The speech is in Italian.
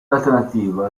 alternativa